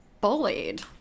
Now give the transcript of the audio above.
bullied